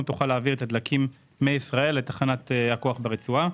תוכל להעביר את הדלקים מישראל לתחנת הכוח ברצועה.